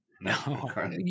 No